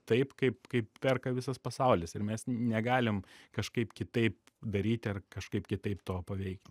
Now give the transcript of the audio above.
taip kaip kaip perka visas pasaulis ir mes negalim kažkaip kitaip daryti ar kažkaip kitaip to paveikti